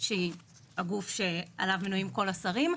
שהיא הגוף שעליו מנויים כל השרים,